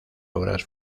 obras